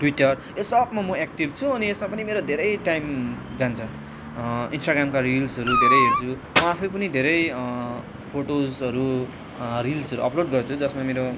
Twitter यो सबमा मो एक्टिभ छु अनि यसमा पनि धेरै टाइम जान्छ इन्सटाग्राम्सका रिल्सहरू धेरै हेर्छु म आफै पनि धेरै फोटोजहरू रिल्सहरू अपलोड गर्छु जसमा मेरो